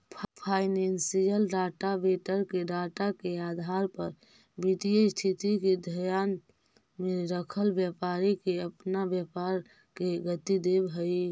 financial data vendor के data के आधार पर वित्तीय स्थिति के ध्यान में रखल व्यापारी के अपना व्यापार के गति देवऽ हई